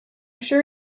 sure